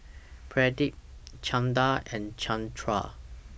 Pradip Chanda and Chandra